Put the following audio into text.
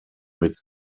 mit